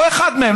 או אחד מהם,